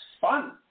fun